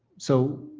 so,